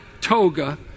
toga